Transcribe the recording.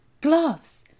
Gloves